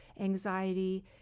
anxiety